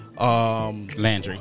Landry